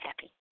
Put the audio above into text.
happy